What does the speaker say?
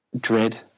dread